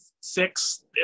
six